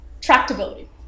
Tractability